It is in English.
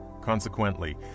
Consequently